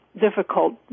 difficult